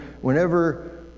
whenever